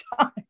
time